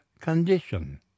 condition